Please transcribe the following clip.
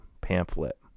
pamphlet